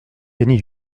gagner